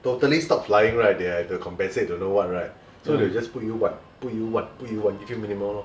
totally stopped flying right they have to compensate don't know what [right] so they will just put you what put you what put you give you minimal lor